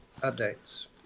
updates